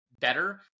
Better